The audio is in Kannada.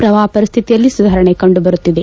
ಪ್ರವಾಹ ಪರಿಸ್ಟಿತಿಯಲ್ಲಿ ಸುಧಾರಣೆ ಕಂಡುಬರುತ್ತಿದೆ